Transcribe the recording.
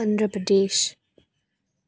Andhra Pradesh